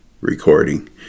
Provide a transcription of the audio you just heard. recording